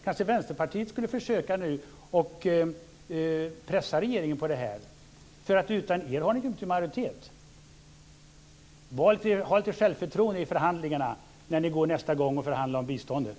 Kanske Vänsterpartiet nu skulle försöka att pressa regeringen på det här. Utan er finns det ju ingen majoritet. Ha lite självförtroende i förhandlingarna nästa gång ni går och förhandlar om biståndet!